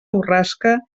borrasca